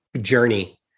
journey